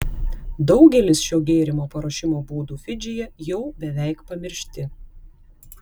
daugelis šio gėrimo paruošimo būdų fidžyje jau beveik pamiršti